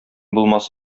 булмас